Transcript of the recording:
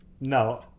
no